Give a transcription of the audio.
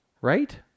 right